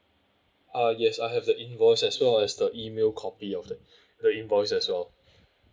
uh yes I have the invoice as well as the email copy of the the invoice as well